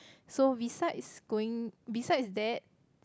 so besides going besides that